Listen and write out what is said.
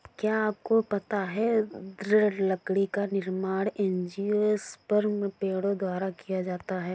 क्या आपको पता है दृढ़ लकड़ी का निर्माण एंजियोस्पर्म पेड़ों द्वारा किया जाता है?